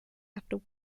after